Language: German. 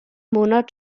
monat